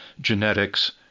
genetics